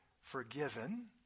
forgiven